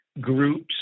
groups